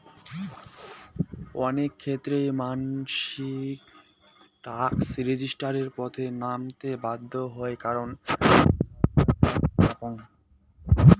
অনেক ক্ষেত্রেই মানসি ট্যাক্স রেজিস্ট্যান্সের পথে নামতে বাধ্য হই কারণ ছরকার ট্যাক্স চাপং